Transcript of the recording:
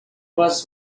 was